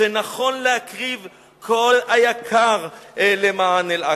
שנכון להקריב כל יקר למען אל-אקצא".